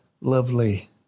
lovely